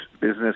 business